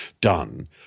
done